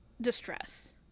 distress